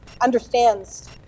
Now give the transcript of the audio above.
understands